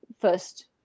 first